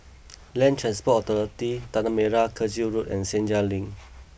Land Transport Authority Tanah Merah Kechil Road and Senja Link